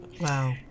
Wow